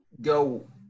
go